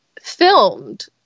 filmed